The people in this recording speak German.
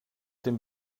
dem